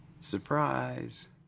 Surprise